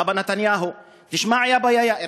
האבא נתניהו: תשמע, יא יאיר,